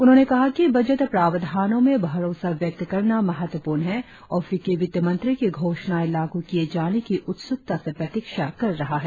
उन्होंने कहा कि बजट प्रावधानों में भरोसा व्यक्त करना महत्वपूर्ण है और फिक्की वित्त मंत्री की घोषणाएं लागू किए जाने की उत्सुकता से प्रतीक्षा कर रहा है